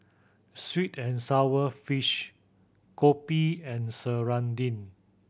sweet and sour fish kopi and serunding